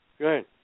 good